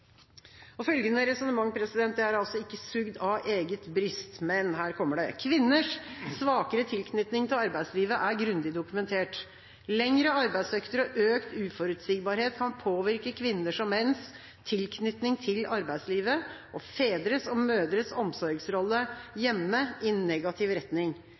omsorg. Følgende resonnement er altså ikke sugd av eget bryst, men her kommer det: Kvinners svakere tilknytning til arbeidslivet er grundig dokumentert. Lengre arbeidsøkter og økt uforutsigbarhet kan påvirke kvinners og menns tilknytning til arbeidslivet og fedres og mødres omsorgsrolle hjemme i negativ retning.